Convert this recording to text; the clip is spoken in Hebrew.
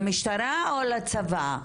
למשטרה או לצבא,